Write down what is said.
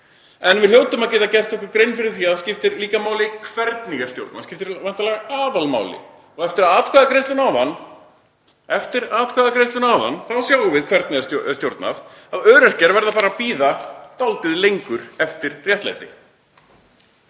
En við hljótum að geta gert okkur grein fyrir því að það skiptir líka máli hvernig er stjórnað, það skiptir væntanlega aðalmáli. Eftir atkvæðagreiðsluna áðan sjáum við hvernig er stjórnað, að öryrkjar verða bara að bíða dálítið lengur eftir réttlæti.